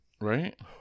Right